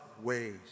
ways